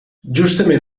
justament